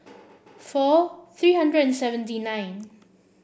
four three hundred and seventy nine